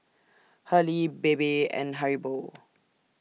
Hurley Bebe and Haribo